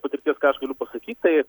patirties ką aš galiu pasakyt tai